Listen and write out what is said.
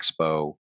expo